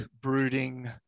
brooding